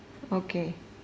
okay